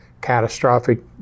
catastrophic